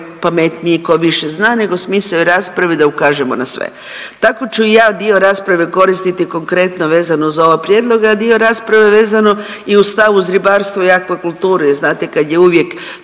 pametniji i tko više zna, nego smisao je rasprave da ukažemo na sve. Tako ću i ja dio rasprave koristi konkretno vezano uz ove prijedloge, a dio rasprave vezano i uz ta uz ribarstvo i akvakulturu jer znate kad je uvijek